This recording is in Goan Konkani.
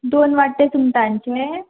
दोन वाटे सुंगटांचे